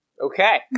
Okay